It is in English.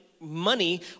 money